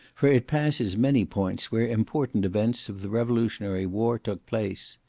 for it passes many points where important events of the revolutionary war took place.